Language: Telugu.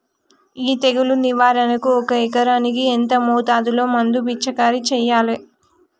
ఈ తెగులు నివారణకు ఒక ఎకరానికి ఎంత మోతాదులో మందు పిచికారీ చెయ్యాలే?